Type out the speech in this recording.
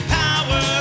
power